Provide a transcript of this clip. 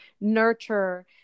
nurture